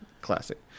classic